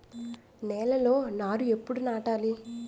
నేలలో నారు ఎప్పుడు నాటాలి?